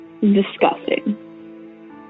Disgusting